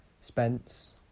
Spence